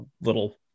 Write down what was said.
little